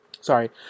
sorry